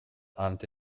anti